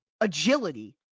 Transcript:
agility